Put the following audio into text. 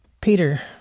Peter